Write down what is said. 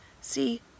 See